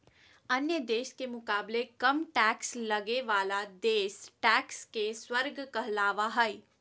अन्य देश के मुकाबले कम टैक्स लगे बाला देश टैक्स के स्वर्ग कहलावा हई